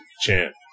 champ